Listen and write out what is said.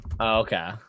okay